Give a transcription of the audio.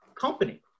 company